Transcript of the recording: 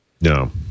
No